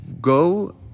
go